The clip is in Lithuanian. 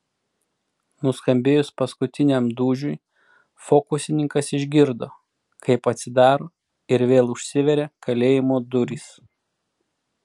nuskambėjus paskutiniam dūžiui fokusininkas išgirdo kaip atsidaro ir vėl užsiveria kalėjimo durys